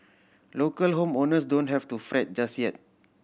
local home owners don't have to fret just yet